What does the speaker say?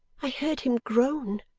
i heard him groan.